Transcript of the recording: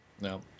No